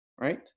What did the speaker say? right